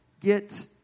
Get